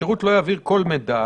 השירות לא יעביר כל מידע,